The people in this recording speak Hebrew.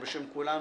בשם כולנו,